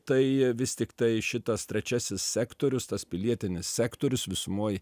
tai vis tiktai šitas trečiasis sektorius tas pilietinis sektorius visumoj